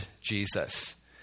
Jesus